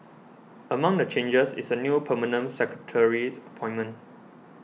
among the changes is a new Permanent Secretary appointment